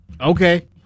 Okay